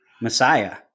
Messiah